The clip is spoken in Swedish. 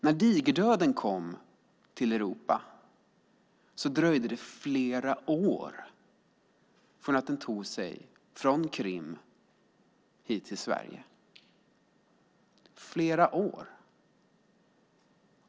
När digerdöden kom till Europa dröjde det flera år innan den tog sig från Krim hit till Sverige, flera år.